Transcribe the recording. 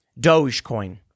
Dogecoin